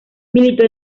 militó